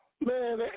Man